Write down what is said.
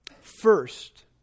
First